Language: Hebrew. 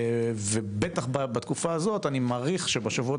ובטח בתקופה הזו אני מעריך שבשבועות